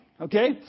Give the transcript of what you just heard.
Okay